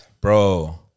bro